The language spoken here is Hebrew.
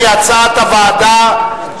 כהצעת הוועדה,